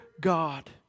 God